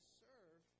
serve